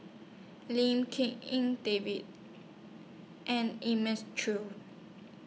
Lim King En David and Elim Chew